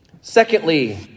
Secondly